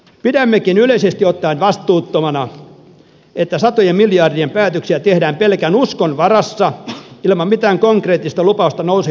pidämmekin yleisesti ottaen vastuuttomana että satojen miljardien päätöksiä tehdään pelkän uskon väärästä ilman mitään konkreettista lupausta nousi